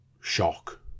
shock